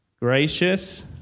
gracious